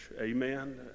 Amen